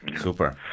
Super